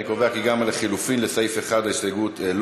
אני קובע כי גם ההסתייגות לחלופין לסעיף 1 לא התקבלה.